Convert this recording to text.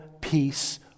peace